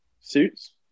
Suits